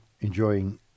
enjoying